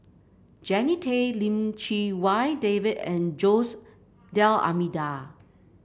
Jannie Tay Lim Chee Wai David and Jose D'Almeida